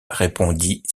répondit